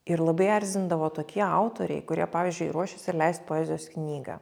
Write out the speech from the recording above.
ir labai erzindavo tokie autoriai kurie pavyzdžiui ruošėsi leist poezijos knygą